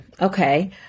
Okay